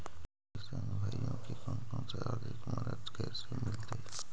किसान भाइयोके कोन से आर्थिक मदत कैसे मीलतय?